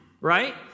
right